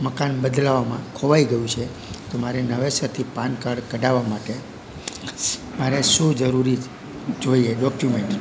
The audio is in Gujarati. મકાન બદલાવવામાં ખોવાઈ ગયું છે તો મારે નવેસરથી પાનકાડ કઢાવવા માટે મારે શું જરૂરી જોઈએ ડોક્યુમેન્ટ